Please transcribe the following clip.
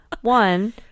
one